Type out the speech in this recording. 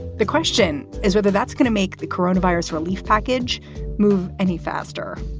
the question is whether that's going to make the corona virus relief package move any faster.